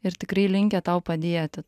ir tikrai linkę tau padėti